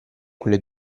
quelle